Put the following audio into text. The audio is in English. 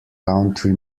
country